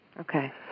Okay